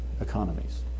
economies